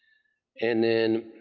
and then